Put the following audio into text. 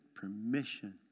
permission